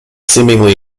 seemingly